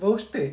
roasted